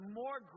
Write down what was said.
more